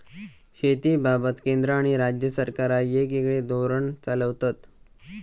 शेतीबाबत केंद्र आणि राज्य सरकारा येगयेगळे धोरण चालवतत